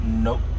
Nope